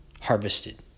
harvested